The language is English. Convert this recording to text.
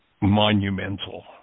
monumental